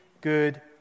good